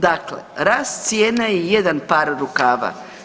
Dakle, rast cijena je jedan par rukava.